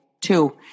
Two